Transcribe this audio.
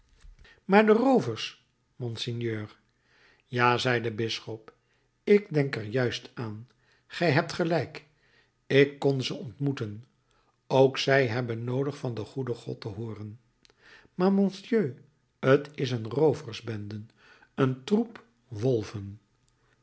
maar de roovers monseigneur ja zei de bisschop ik denk er juist aan gij hebt gelijk ik kon ze ontmoeten ook zij hebben noodig van den goeden god te hooren maar monseigneur t is een rooverbende een troep wolven